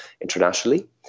internationally